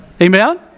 amen